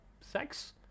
sex